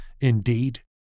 indeed